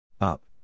Up